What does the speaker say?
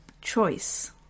choice